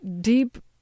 deep